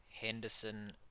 Henderson